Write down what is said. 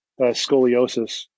scoliosis